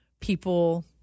people